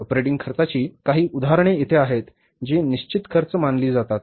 operating खर्चाची काही उदाहरणे येथे आहेत जी निश्चित खर्च मानली जातात